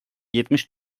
yetmiş